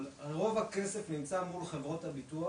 אבל רוב הכסף נמצא מול חברות הביטוח